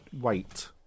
wait